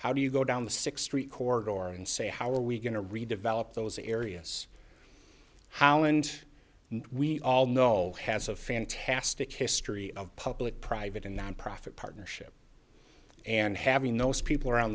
how do you go down the six tree core door and say how are we going to redevelop those areas how and we all know has a fantastic history of public private and nonprofit partnerships and having those people around